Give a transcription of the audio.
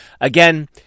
Again